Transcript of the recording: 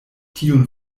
tiun